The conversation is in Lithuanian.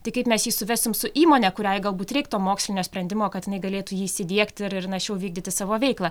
tai kaip mes jį suvesim su įmone kuriai galbūt reik to mokslinio sprendimo kad jinai galėtų jį įsidiegti ir ir našiau vykdyti savo veiklą